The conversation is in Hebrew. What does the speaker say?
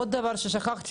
עוד דבר ששכחתי,